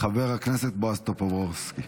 חבר הכנסת בועז טופורובסקי.